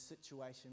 situation